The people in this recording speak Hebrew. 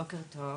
בוקר טוב,